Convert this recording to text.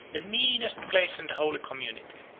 the meanest place in the holy community,